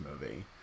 movie